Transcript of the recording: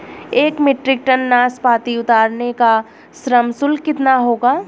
एक metric ton नाशपाती उतारने का श्रम शुल्क कितना होगा?